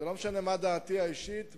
זה לא משנה מהי דעתי האישית,